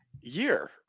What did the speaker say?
year